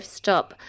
stop